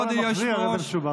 כל המחזיר הרי זה משובח.